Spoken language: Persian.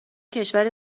کشور